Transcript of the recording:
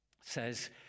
says